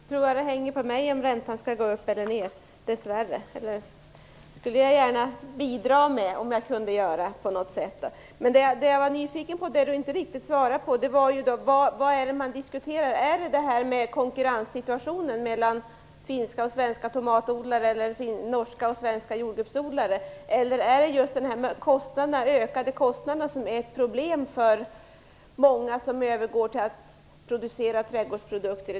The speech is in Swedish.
Herr talman! Dess värre hänger det nog inte på mig om räntan skall gå upp eller ner. Jag skulle gärna bidra till att den går ner, om jag kunde. Det jag var nyfiken på var vad det är som man diskuterar. Är det detta med konkurrenssituationen mellan finska och svenska tomatodlare, mellan svenska och norska jordgubbsodlare eller är det detta med att kostnaderna ökar? Det är de höga kostnaderna som är ett problem för många som övergår till att producera trädgårdsprodukter.